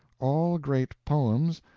all great poems,